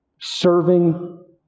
serving